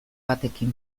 batekin